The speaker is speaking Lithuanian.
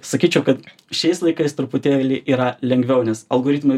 sakyčiau kad šiais laikais truputėlį yra lengviau nes algoritmai